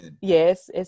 Yes